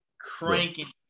Cranking